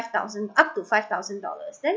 thousand up to five thousand dollars then